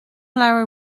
leabhar